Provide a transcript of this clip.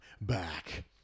back